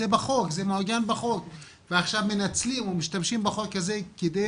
זה מעוגן בחוק ועכשיו מנצלים ומשתמשים בחוק הזה כדי